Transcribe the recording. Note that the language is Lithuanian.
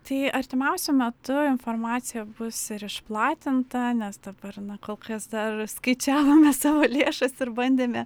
tai artimiausiu metu informacija bus ir išplatinta nes dabar na kol kas dar skaičiavome savo lėšas ir bandėme